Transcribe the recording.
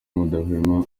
mudahwema